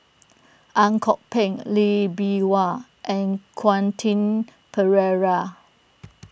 Ang Kok Peng Lee Bee Wah and Quentin Pereira